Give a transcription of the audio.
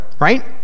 Right